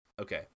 okay